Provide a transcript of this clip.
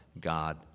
God